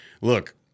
look